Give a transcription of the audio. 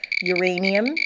uranium